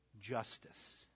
justice